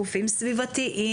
גופים סביבתיים,